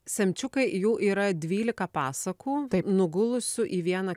semčiukai jų yra dvylika pasakų nugulusių į vieną